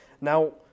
Now